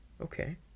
Okay